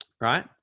Right